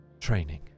training